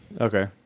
okay